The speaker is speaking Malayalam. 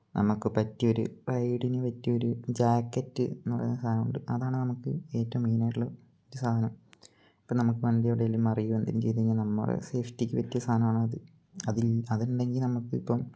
നമുക്ക് പറ്റിയ ഒരു റൈഡിന് പറ്റിയ ഒരു ജാക്കറ്റ് എന്നു പറയുന്ന സാധനമുണ്ട് അതാണ് നമുക്ക് ഏറ്റവും മെയിനായിട്ടുള്ള ഒരു സാധനം ഇപ്പം നമുക്ക് വണ്ടി എവിടെ എങ്കിലും മറിയുകയോ എന്തെങ്കിലും ചെയ്തു കഴിഞ്ഞാൽ നമ്മുടെ സേഫ്റ്റിക്ക് പറ്റിയ സാധനം ആണ് അത് അതിൽ അതുണ്ടെങ്കിൽ നമുക്ക് ഇപ്പം